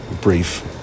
brief